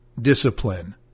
discipline